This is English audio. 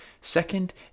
Second